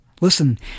Listen